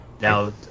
now